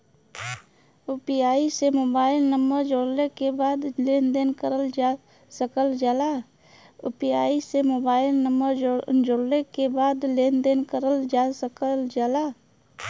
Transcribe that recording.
UPI से mobile number जोड़ले के बाद लेन देन करल जा सकल जाला